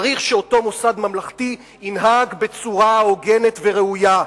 צריך שאותו מוסד ממלכתי ינהג בצורה הוגנת וראויה.